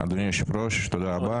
אדוני היושב-ראש, תודה רבה.